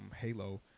Halo